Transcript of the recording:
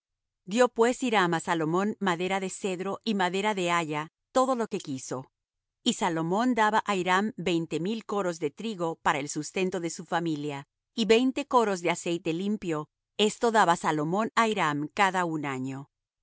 dió pues hiram á salomón madera de cedro y madera de haya todo lo que quiso y salomón daba á hiram veinte mil coros de trigo para el sustento de su familia y veinte coros de aceite limpio esto daba salomón á hiram cada un año